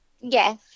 Yes